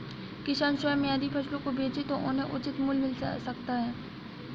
किसान स्वयं यदि फसलों को बेचे तो उन्हें उचित मूल्य मिल सकता है